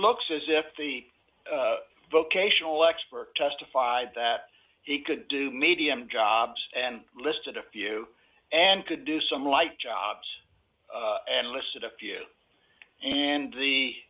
looks as if the vocational expert testified that he could do medium jobs and listed a few and could do some like jobs and listed a few and the